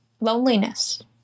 Loneliness